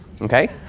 okay